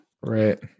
right